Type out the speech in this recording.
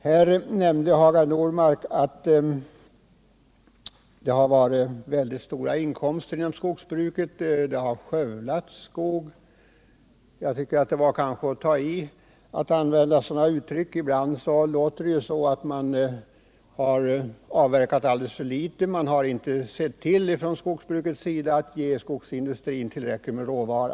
Hagar Normark nämnde att det har tagits ut väldigt stora inkomster inom skogsbruket och att skog har skövlats. Jag tycker att det är att ta i när man använder sådana uttryck. Ibland säger man att det avverkas alldeles för litet och att skogsbruket inte har sett till att ge skogsindustrin tillräckligt med råvara.